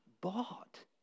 bought